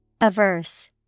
Averse